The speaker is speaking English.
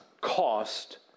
cost